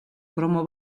kromo